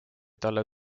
talle